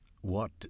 What